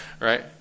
right